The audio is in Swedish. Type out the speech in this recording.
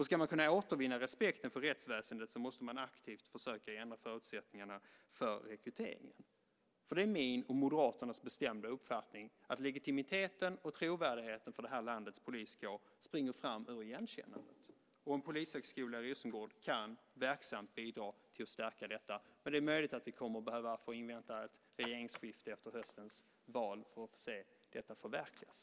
Ska man kunna återvinna respekten för rättsväsendet måste man aktivt försöka ändra förutsättningarna för rekryteringen. Det är min och Moderaternas bestämda uppfattning att legitimiteten och trovärdigheten för landets poliskår framspringer ur igenkännandet. En polishögskola i Rosengård kan verksamt bidra till att stärka detta. Men det är möjligt att vi kommer att behöva invänta ett regeringsskifte efter höstens val för att få se detta förverkligas.